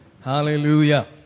Hallelujah